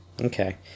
Okay